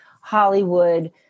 Hollywood